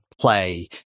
play